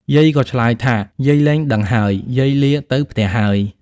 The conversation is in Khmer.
យាយក៏ឆ្លើយថា យាយលែងដឹងហើយ យាយលាទៅផ្ទះ ហើយ ។